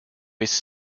his